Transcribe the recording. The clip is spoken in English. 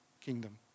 kingdom